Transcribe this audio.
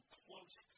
close